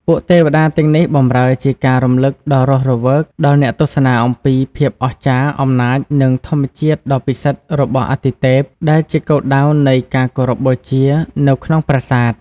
ពួកទេវតាទាំងនេះបម្រើជាការរំលឹកដ៏រស់រវើកដល់អ្នកទស្សនាអំពីភាពអស្ចារ្យ អំណាច និងធម្មជាតិដ៏ពិសិដ្ឋរបស់អាទិទេព ដែលជាគោលដៅនៃការគោរពបូជានៅក្នុងប្រាសាទ។